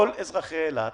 כל אזרחי אילת